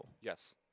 Yes